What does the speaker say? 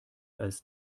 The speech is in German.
als